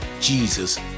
Jesus